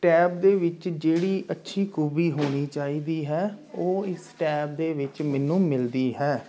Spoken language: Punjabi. ਟੈਬ ਦੇ ਵਿੱਚ ਜਿਹੜੀ ਅੱਛੀ ਖੂਬੀ ਹੋਣੀ ਚਾਹੀਦੀ ਹੈ ਉਹ ਇਸ ਟੈਬ ਦੇ ਵਿੱਚ ਮੈਨੂੰ ਮਿਲਦੀ ਹੈ